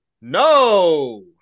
No